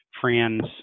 friends